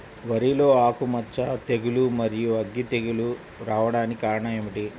వరిలో ఆకుమచ్చ తెగులు, మరియు అగ్గి తెగులు రావడానికి కారణం ఏమిటి?